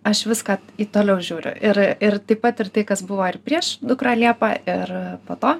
aš viską į toliau žiūriu ir ir taip pat ir tai kas buvo ir prieš dukrą liepą ir po to